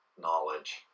knowledge